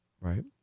Right